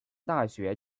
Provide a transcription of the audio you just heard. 大学